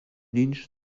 lynch